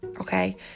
okay